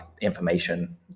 information